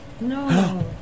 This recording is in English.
No